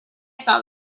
saw